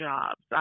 Jobs